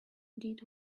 did